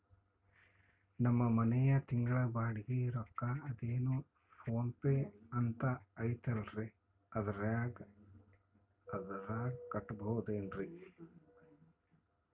ನಮ್ಮ ಮನೆಯ ತಿಂಗಳ ಬಾಡಿಗೆ ರೊಕ್ಕ ಅದೇನೋ ಪೋನ್ ಪೇ ಅಂತಾ ಐತಲ್ರೇ ಅದರಾಗ ಕಟ್ಟಬಹುದೇನ್ರಿ?